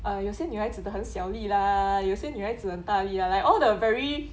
uh 有些女孩子的很小粒啦有些女孩子很大粒啦 like all the very